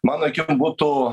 mano akim būtų